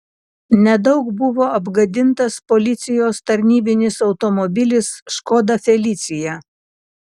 nedaug buvo apgadintas policijos tarnybinis automobilis škoda felicia